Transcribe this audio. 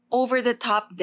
over-the-top